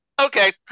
Okay